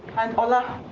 and ola,